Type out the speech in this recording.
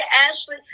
Ashley